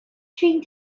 chewing